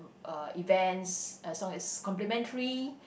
uh events as long as it's complimentary